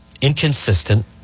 inconsistent